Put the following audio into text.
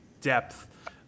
depth